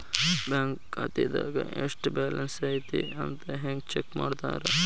bank ಖಾತೆದಾಗ ಎಷ್ಟ balance ಐತಿ ಅಂತ ಹೆಂಗ ಚೆಕ್ ಮಾಡ್ತಾರಾ